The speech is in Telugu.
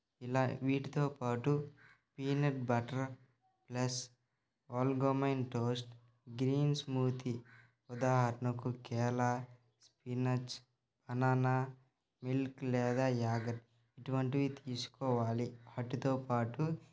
ఇలా వీటితో పాటు పీనట్ బటర్ ప్లెస్ ఆల్గమైన్ టోస్ట్ గ్రీన్ స్మూతీ ఉదాహరణకు కేలా స్పినాచ్ బనానా మిల్క్ లేదా యాగర్ట్ ఇటువంటివి తీసుకోవాలి వాటితో పాటు